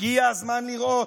הגיע הזמן לראות,